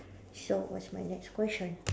so what's my next question